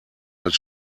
als